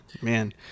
man